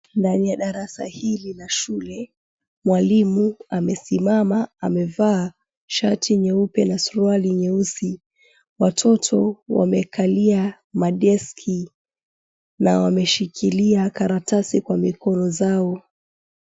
Ndani ya darasa hili la shule, mwalimu amesimama amevaa shati nyeupe na suruali nyeusi. Watoto wamekalia madeski na wameshikilia karatasi kwa mikono zao.